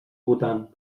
bhutan